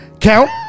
Count